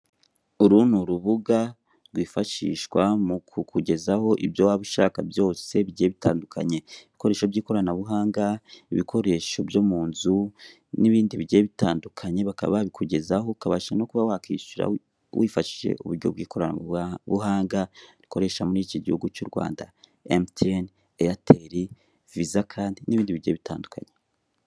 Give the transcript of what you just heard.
Uru ni'urubuga rwifashishwa mu kukugezaho ibyo waba ushaka byose bigiye bitandukanye ibikoresho by'ikoranabuhanga ibikoresho byo mu nzu n'ibindi bigiye bitandukanye bakaba babikugezaho ukabasha no kuba wa kwishyura wifashishije uburyo bw'ikoranabuhanga rikoresha muri iki gihugu cy'u Rwanda e mtn airtel visa, kandi n'ibindi bigiye bitandukanye.